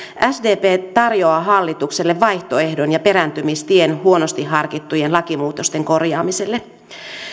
sdp tarjoaa hallitukselle vaihtoehdon ja perääntymistien huonosti harkittujen lakimuutosten korjaamiselle